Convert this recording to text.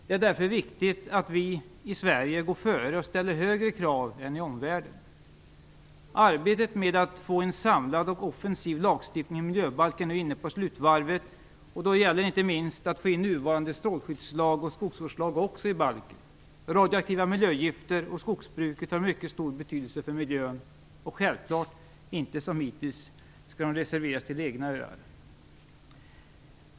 Därför är det viktigt att vi i Sverige går före och ställer högre krav än i man gör i omvärlden. Arbetet med att få en samlad och offensiv lagstiftning och miljöbalk är nu inne på slutvarvet. Då gäller det inte minst att även få in den nuvarande strålskyddslagen och skogsvårdslagen i balken. Radioaktiva miljögifter och skogsbruket har mycket stor betydelse för miljön. De skall självfallet inte som hittills hänvisas till egna öar.